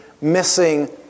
missing